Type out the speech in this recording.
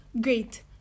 Great